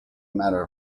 matter